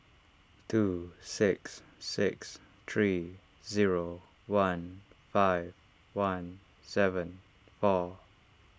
two six six three zero one five one seven four